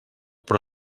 però